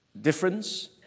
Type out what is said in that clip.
difference